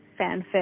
fanfic